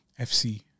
FC